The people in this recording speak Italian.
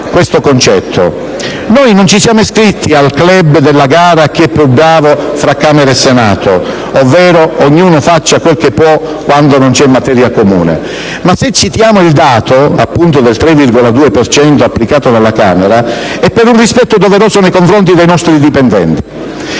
noi non ci siamo iscritti al *club* della gara a chi è più bravo fra Camera e Senato (ovvero: ognuno faccia quel che può quando non c'è materia comune), ma se citiamo il dato è per un rispetto doveroso nei confronti dei nostri dipendenti,